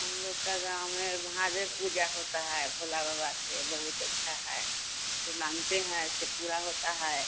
हम लोग का गाँव में महादेव पूजा होता है भोला बाबा के बहुत अच्छा है जो माँगते हैं ऐसे पूरा होता है